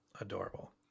Adorable